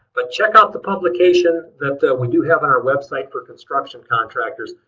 but check out the publication that that we do have on our website for construction contractors.